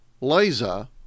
Liza